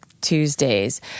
Tuesdays